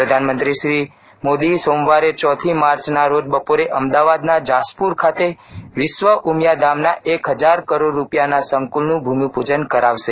પ્રધાનમંત્રી શ્રી મોદી સોમવારે ચોથી માર્ચના રોજ બપોરે અમદાવાદના જાસપ્રર ખાતે વિશ્વ ઉમિયાધામના એક હજાર કરોડ રૂપિયાના સંકુલનું ભૂમિપૂજન કરશે